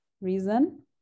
reason